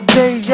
day